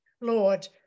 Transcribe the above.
Lord